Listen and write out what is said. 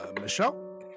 Michelle